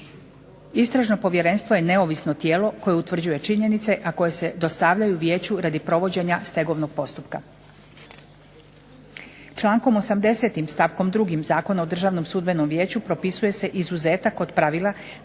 Istražno povjerenstvo je neovisno tijelo koje utvrđuje činjenice, a koje se dostavljaju vijeću radi provođenja stegovnog postupka. Člankom 80. stavkom 2. Zakona o Državnom sudbenom vijeću propisuje se izuzetak od pravila